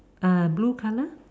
uh blue color